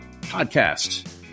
podcast